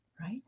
right